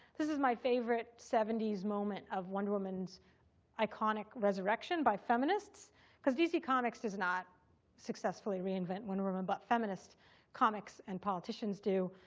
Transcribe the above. this is my favorite seventy s moment of wonder woman's iconic resurrection by feminists because dc comics does not successfully reinvent wonder woman, but feminist comics and politicians do.